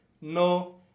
No